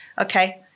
Okay